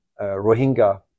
Rohingya